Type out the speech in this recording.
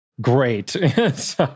great